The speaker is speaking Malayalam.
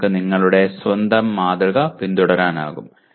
നിങ്ങൾക്ക് നിങ്ങളുടെ സ്വന്തം മാതൃക പിന്തുടരാനാകും